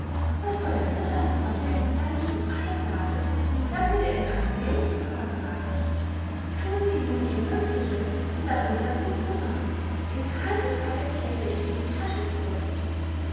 was soll der ritter davon denken daß ich ihn einlade damit er in eine lebensgefahr gerate tun sie nun ihr mögliches die sache wieder gutzumachen in keinem fall kehre ich in die tasche zurück